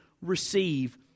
receive